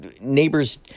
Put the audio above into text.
neighbors